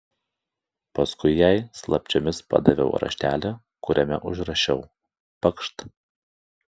paskui jai slapčiomis padaviau raštelį kuriame užrašiau pakšt